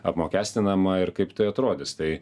apmokestinama ir kaip tai atrodys tai